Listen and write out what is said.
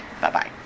Bye-bye